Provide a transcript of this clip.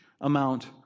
amount